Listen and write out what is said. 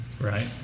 Right